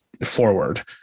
Forward